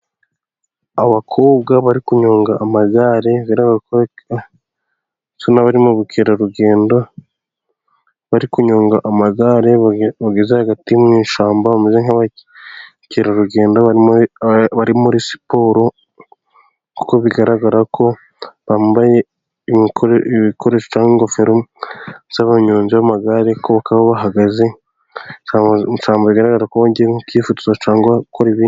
Abakobwa bari kunyonga amagare, bigaragara ko bisa nkaho bari mu ubukerarugendo, bari kunyonga amagare bageze hagati mu ishyamba bameze nk'abakerarugendo bari muri siporo, uko bigaragara ko bambaye bikoresho cyangwa ingofero z'abanyonzi b'amagare kuko bahagaze mu ishyamb bigaragara ko nari kwifutoza cyangwabari gukora ibindi.